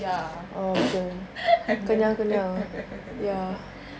ya I've never heard I've never heard that work before